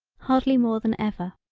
hardly more than ever.